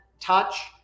touch